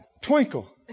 twinkle